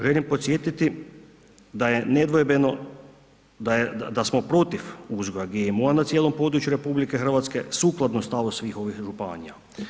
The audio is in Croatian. Želim podsjetiti da je nedvojbeno da smo protiv uzgoja GMO-a na cijelom području RH sukladno stavu svih ovih županija.